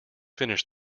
finish